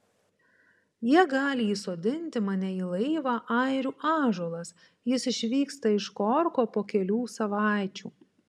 jie gali įsodinti mane į laivą airių ąžuolas jis išvyksta iš korko po kelių savaičių